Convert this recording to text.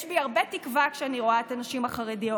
יש בי הרבה תקווה כשאני רואה את הנשים החרדיות.